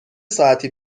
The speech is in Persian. ساعتی